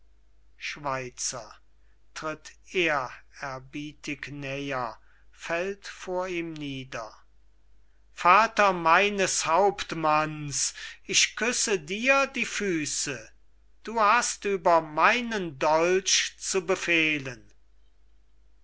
nieder vater meines hauptmanns ich küsse dir die füsse du hast über meinen dolch zu befehlen